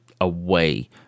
away